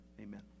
Amen